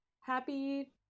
Happy